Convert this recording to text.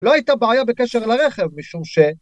‫לא הייתה בעיה בקשר לרכב ‫משום ש...